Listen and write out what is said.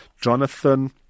Jonathan